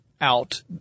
out